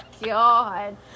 God